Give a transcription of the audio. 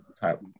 type